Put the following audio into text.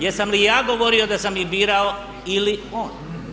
Jesam li ja govorio da sam ih birao ili on?